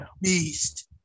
beast